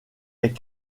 est